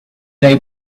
lay